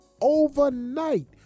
overnight